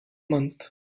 month